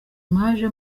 mwaje